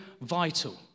vital